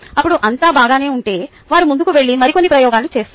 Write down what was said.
అప్పుడు అంతా బాగానే ఉంటే వారు ముందుకు వెళ్లి మరికొన్ని ప్రయోగాలు చేస్తారు